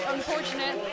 Unfortunate